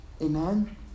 Amen